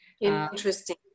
Interesting